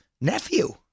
nephew